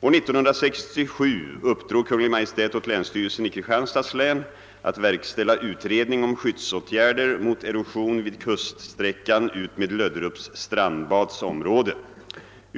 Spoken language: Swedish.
År 1967 uppdrog Kungl. Maj:t åt länsstyrelsen i Kristianstads län att verkställa utredning om skyddsåtgärder mot erosion vid kuststräckan utmed Löderups strandbads område.